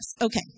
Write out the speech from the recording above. Okay